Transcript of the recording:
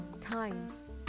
times